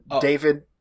David